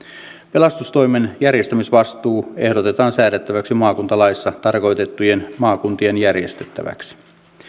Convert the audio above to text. pelastustoimen järjestämisvastuu ehdotetaan säädettäväksi maakuntalaissa tarkoitettujen maakuntien järjestettäväksi